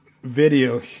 video